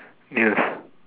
yes